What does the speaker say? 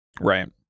Right